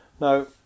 Now